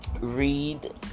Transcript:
read